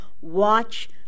watch